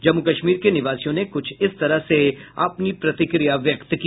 जम्मू कश्मीर के निवासियों ने कुछ इस तरह से अपनी प्रतिक्रिया व्यक्त की